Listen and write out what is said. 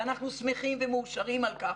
ואנחנו שמחים ומאושרים על כך,